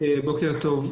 בוקר טוב.